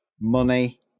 money